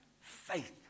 faith